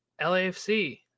lafc